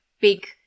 big